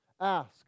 ask